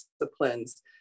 disciplines